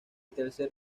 tercer